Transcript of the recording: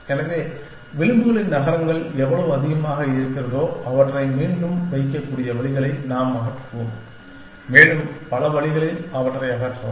எனவே விளிம்புகளின் நகரங்கள் எவ்வளவு அதிகமாக இருக்கிறதோ அவற்றை மீண்டும் வைக்கக்கூடிய வழிகளை நாம் அகற்றுவோம் மேலும் பல வழிகளில் அவற்றை அகற்றலாம்